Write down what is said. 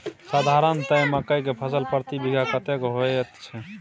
साधारणतया मकई के फसल प्रति बीघा कतेक होयत छै?